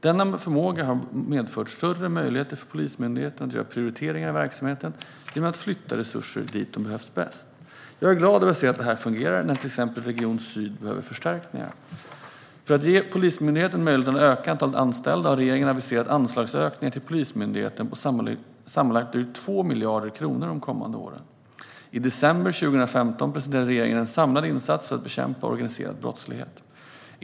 Denna förmåga har medfört större möjligheter för Polismyndigheten att göra prioriteringar i verksamheten genom att flytta resurser dit de behövs bäst. Jag är glad att se att det här fungerar när till exempel Region Syd behöver förstärkningar. För att ge Polismyndigheten möjlighet att öka antalet anställda har regeringen aviserat anslagsökningar till Polismyndigheten på sammanlagt drygt 2 miljarder kronor de kommande åren. I december 2015 presenterade regeringen en samlad insats för att bekämpa organiserad brottslighet.